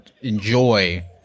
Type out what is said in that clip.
enjoy